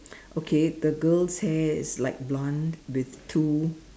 okay the girl's hair is like blonde with two